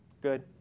Good